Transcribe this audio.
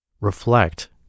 reflect